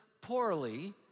poorly